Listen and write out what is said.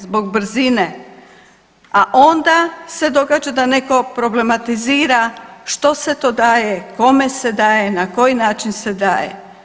Zbog brzine, a onda se događa da netko problematizira što se to daje, kome se daje, na koji način se daje.